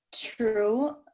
true